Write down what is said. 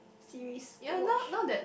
series to watch